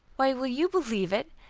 why, will you believe it!